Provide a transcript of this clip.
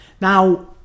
Now